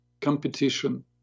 competition